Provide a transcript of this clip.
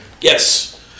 Yes